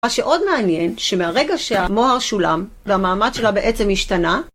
מה שעוד מעניין, שמהרגע שהמוהר שולם והמעמד שלה בעצם השתנה,